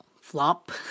flop